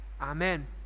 amen